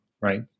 right